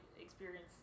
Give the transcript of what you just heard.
experience